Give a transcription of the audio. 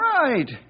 right